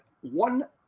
one